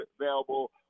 available